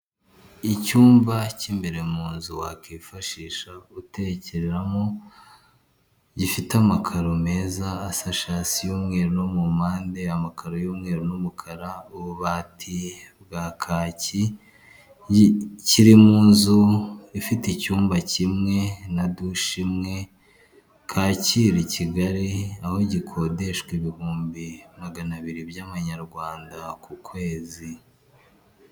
Icyumba cy'imbere mu nzu wakwifashisha utekeramo gifite amakaro meza asashe hasi y'umweru no mu mpande, amakaro y'umweru n'umukara, ububati bwa kaki kiri mu nzu ifite icyumba kimwe na dushi imwe Kacyiru Kigali aho gikodeshwa ibihumbi magana abiri by'Amanyarwanda ku kwezi.